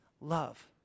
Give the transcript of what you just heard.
love